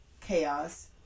chaos